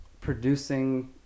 producing